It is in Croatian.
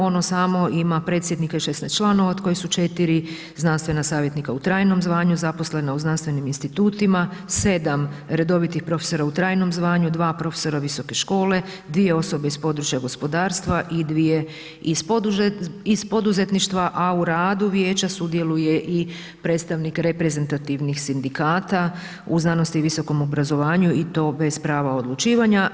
Ono samo ima predsjednika i 16 članova od kojih su 4 znanstvena savjetnika u trajnom zvanju zaposlena u znanstvenim institutima, 7 redovitih profesora u trajnom zvanju, 2 profesora visoke škole, 2 osobe iz područja gospodarstva i 2 iz poduzetništva a u radu Vijeća sudjeluje i predstavnik reprezentativnih sindikata u znanosti i visokom obrazovanju i to bez prava odlučivanja.